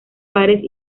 pares